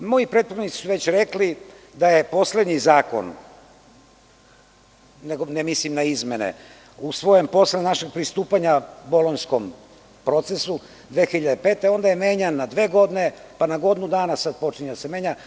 Moji prethodnici su već rekli da je poslednji zakon, ne mislim na izmene, usvojen posle našeg pristupanja bolonjskom procesu 2005. godine, onda je menjan na dve godine, pa na godinu dana, sad počinje da se menja.